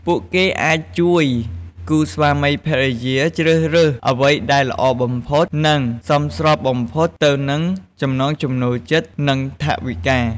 ពួកគេអាចជួយគូស្វាមីភរិយាជ្រើសរើសអ្វីដែលល្អបំផុត និងសមស្របបំផុតទៅនឹងចំណង់ចំណូលចិត្ត និងថវិកា។